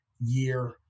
year